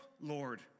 Lord